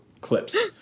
clips